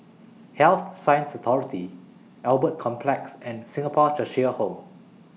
Health Sciences Authority Albert Complex and Singapore Cheshire Home